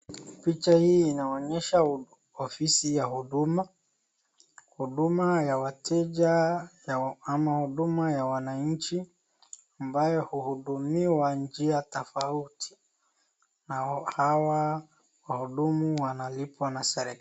Picha hii inaonyesha ofisi ya huduma, huduma ya wateja ama huduma ya wananchi ambayo huhudumiwa kwa njia tofauti, na hawa wahudumu wanalipwa na serikali.